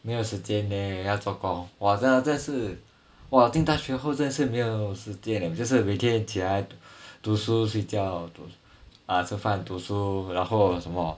没有时间 leh 要做工 !wah! 真的是 !wah! 进大学后真的是没有时间 eh 就是每天读书睡觉 uh 吃饭读书然后什么